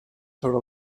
sobre